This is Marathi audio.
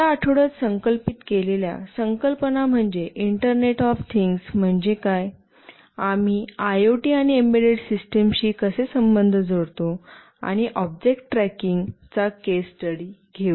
या आठवड्यात संकल्पित केलेल्या संकल्पना म्हणजे इंटरनेट ऑफ थिंग्स म्हणजे काय आम्ही आयओटी आणि एम्बेडेड सिस्टम शी कसे संबंध जोडतो आणि ऑब्जेक्ट ट्रॅकिंग चा केस स्टडी घेऊ